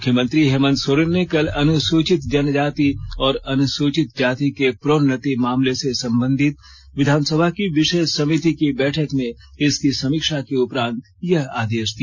मुख्यमंत्री हेमन्त सोरेन ने कल अनुसूचित जनजाति और अनुसूचित जाति के प्रोन्नति मामले से संबंधित विधानसभा की विशेष समिति की बैठक में इसकी समीक्षा के उपरात यह आदेश दिया